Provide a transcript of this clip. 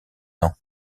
ans